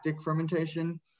fermentation